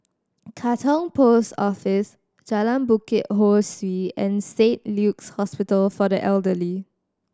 Katong Post Office Jalan Bukit Ho Swee and Saint Luke's Hospital for the Elderly